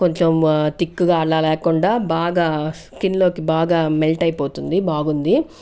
కొంచెం థిక్గా అలా లేకుండా బాగా స్కిన్లోకి బాగా మెల్ట్ అయిపోతుంది బాగుంది